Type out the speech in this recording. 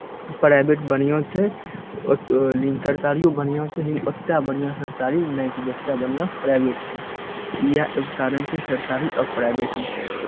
private बढ़िआँ छै लेकिन सरकारियो बढ़िआँ छै लेकिन ओतेक बढ़िआँ सरकारी नहि छै जतेक बढ़िआँ प्राइवेट छै इएह तारण छै सरतारी आओर प्राइवेटमे